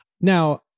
Now